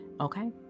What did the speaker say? okay